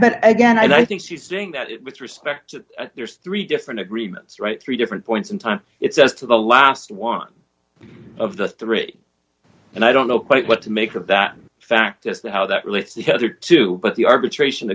but again i think she's doing that with respect there's three different agreements right three different points in time it's just the last one of the three and i don't know quite what to make of that fact just how that relates to the other two but the arbitration